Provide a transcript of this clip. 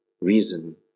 reason